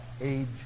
age